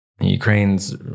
ukraine's